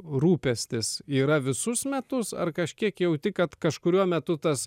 rūpestis yra visus metus ar kažkiek jauti kad kažkuriuo metu tas